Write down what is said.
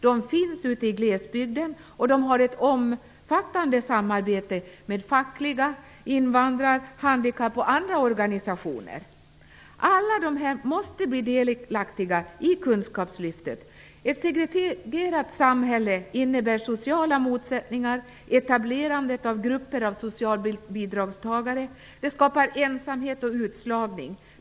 De finns ute i glesbygden, och de har ett omfattande samarbete med såväl fackliga organisationer som invandrar-, handikapp och andra organisationer. Alla dessa måste bli delaktiga i kunskapslyftet. Ett segregerat samhälle innebär sociala motsättningar och etablerande av grupper av socialbidragstagare. Det skapar ensamhet och utslagning.